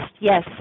yes